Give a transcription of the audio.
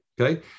Okay